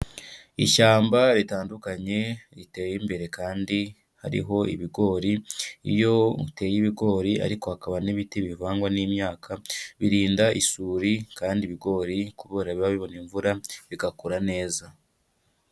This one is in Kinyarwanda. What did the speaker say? Ishyamba ritandukanye riteye imbere kandi hariho ibigori, iyo muteye ibigori ariko hakaba n'ibiti bivangwa n'imyaka, birinda isuri kandi ibigori kubera biba bibona imvura bigakura neza.